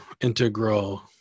integral